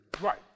Right